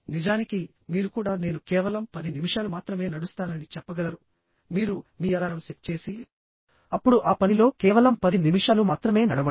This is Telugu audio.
నిజానికి మీరు కూడా నేను కేవలం 10 నిమిషాలు మాత్రమే నడుస్తానని చెప్పగలరు మీరు మీ అలారం సెట్ చేసి అప్పుడు ఆ పనిలో కేవలం 10 నిమిషాలు మాత్రమే నడవండి